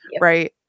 right